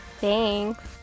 Thanks